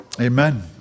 Amen